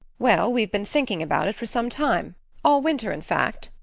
well, we've been thinking about it for some time all winter in fact,